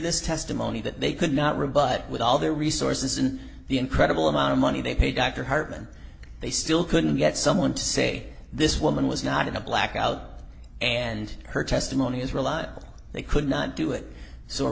this testimony that they could not rebut with all their resources and the incredible amount of money they paid dr hartmann they still couldn't get someone to say this woman was not in a blackout and her testimony is reliable they could not do it so